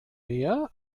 mehr